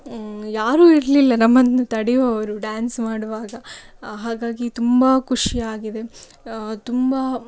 ಯಾರು ಇರಲಿಲ್ಲ ನಮ್ಮನ್ನು ತಡೆಯುವವರು ಡ್ಯಾನ್ಸ್ ಮಾಡುವಾಗ ಹಾಗಾಗಿ ತುಂಬ ಖುಷಿಯಾಗಿದೆ ತುಂಬ